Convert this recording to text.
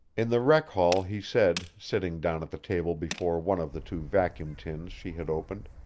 in the rec-hall he said, sitting down at the table before one of the two vacuum tins she had opened,